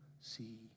see